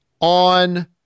on